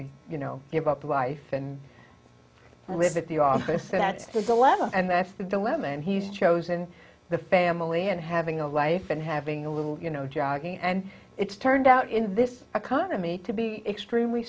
to you know give up the wife and live at the office so that there's a level and that's the dilemma and he's chosen the family and having a life and having a little you know jogging and it's turned out in this economy to be extremely